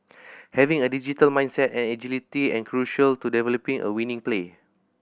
having a digital mindset and agility are crucial to developing a winning play